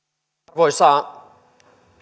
arvoisa